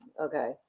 Okay